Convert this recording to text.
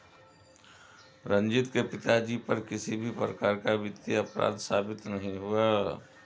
रंजीत के पिताजी पर किसी भी प्रकार का वित्तीय अपराध साबित नहीं हुआ